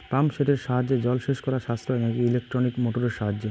Pump সেটের সাহায্যে জলসেচ করা সাশ্রয় নাকি ইলেকট্রনিক মোটরের সাহায্যে?